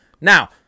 Now